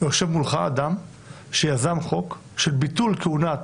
יושב מולך אדם שיזם חוק של ביטול כהונת